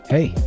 Hey